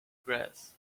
grass